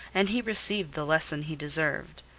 and he received the lesson he deserved.